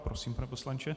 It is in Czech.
Prosím, pane poslanče.